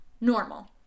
Normal